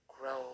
grow